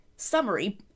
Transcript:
summary